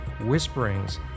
Whisperings